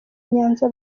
nyanza